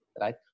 right